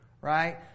Right